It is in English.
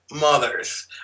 mothers